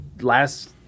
last